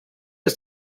ist